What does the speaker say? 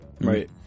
Right